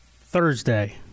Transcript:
Thursday